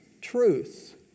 Truth